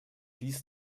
dies